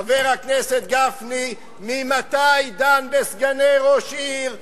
חבר הכנסת גפני, ממתי דן בסגני ראש עיר?